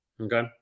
Okay